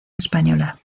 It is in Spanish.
española